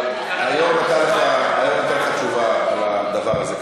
אבל היושב-ראש נתן לך תשובה על הדבר הזה.